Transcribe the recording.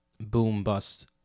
boom-bust